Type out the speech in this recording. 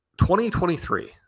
2023